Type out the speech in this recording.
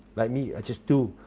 like me, i just do.